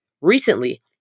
Recently